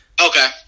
Okay